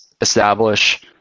establish